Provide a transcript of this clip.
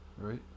Right